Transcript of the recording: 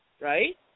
Right